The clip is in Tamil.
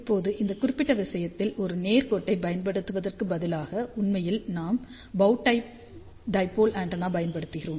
இப்போது இந்த குறிப்பிட்ட விஷயத்தில் ஒரு நேர் கோட்டைப் பயன்படுத்துவதற்குப் பதிலாக உண்மையில் நாம் பௌ டை டைபோல் ஆண்டெனாவைப் பயன்படுத்துகிறோம்